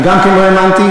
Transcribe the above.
גם אני לא האמנתי.